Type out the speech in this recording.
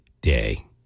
day